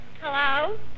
Hello